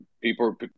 People